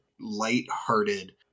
light-hearted